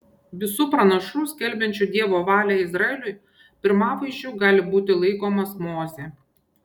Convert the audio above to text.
visų pranašų skelbiančių dievo valią izraeliui pirmavaizdžiu gali būti laikomas mozė